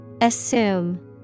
Assume